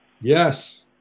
Yes